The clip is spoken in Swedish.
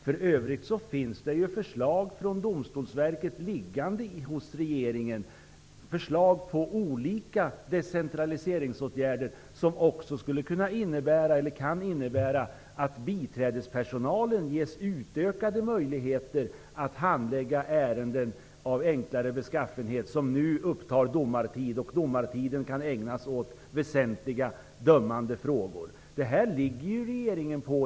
För övrigt finns det hos regeringen förslag från domstolsverket på olika decentraliseringsåtgärder som kan innebära att biträdespersonalen ges utökade möjligheter att handlägga ärenden av enklare beskaffenhet som nu upptar domartid. Domartiden kan då ägnas åt väsentliga dömande frågor. Detta ligger regeringen på.